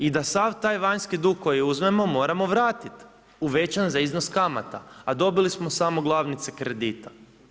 I da sav taj vanjski dug koji uzmemo, moramo vratit, uvećan za iznos kamata, a dobili smo samo glavnice kredita.